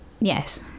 Yes